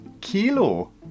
Kilo